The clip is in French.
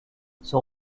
sont